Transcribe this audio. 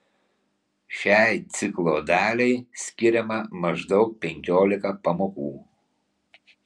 šiai ciklo daliai skiriama maždaug penkiolika pamokų